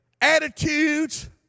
attitudes